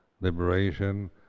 liberation